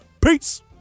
Peace